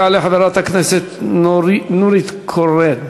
תעלה חברת הכנסת נורית קורן.